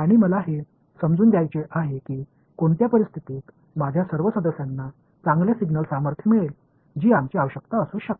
आणि मला हे समजून घ्यायचे आहे की कोणत्या परिस्थितीत माझ्या सर्व सदस्यांना चांगले सिग्नल सामर्थ्य मिळेल जी आमची आवश्यकता असू शकते